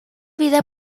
vida